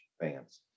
fans